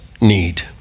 need